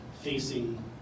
facing